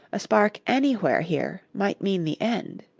a spark anywhere here might mean the end.